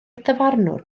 dyfarnwr